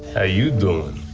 ah you doing?